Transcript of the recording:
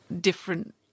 different